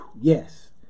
Yes